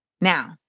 Now